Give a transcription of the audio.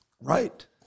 Right